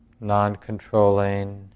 non-controlling